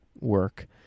work